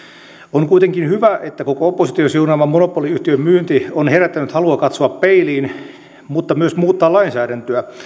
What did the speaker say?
on kuitenkin hyvä että koko opposition siunaama monopoliyhtiön myynti on herättänyt halua katsoa peiliin mutta myös muuttaa lainsäädäntöä